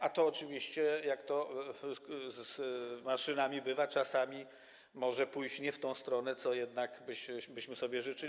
A to oczywiście, jak to z maszynami bywa, czasami może pójść nie w tę stronę, co jednak byśmy sobie życzyli.